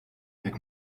jak